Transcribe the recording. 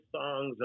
songs